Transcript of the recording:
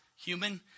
human